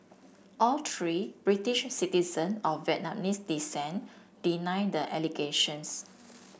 all three British citizen of Vietnamese descent deny the allegations